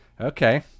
Okay